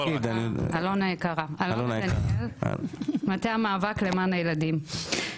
אלונה דניאל, מטה המאבק למען הילדים, בקשה.